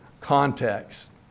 context